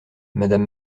madame